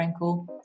Frankel